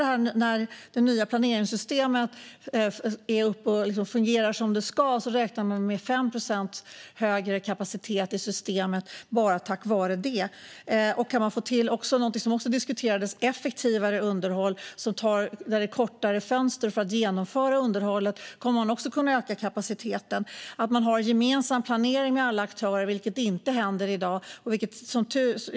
När det nya planeringssystemet är igång och fungerar som det ska räknar man med 5 procents högre kapacitet i systemet bara tack vare det. Kan man dessutom få till något som också diskuterades, nämligen effektivare underhåll där fönstret för att genomföra underhållet är kortare, kommer man att kunna öka kapaciteten ytterligare. Detsamma gäller om man har en gemensam planering med alla aktörer, vilket man inte har i dag.